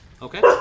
Okay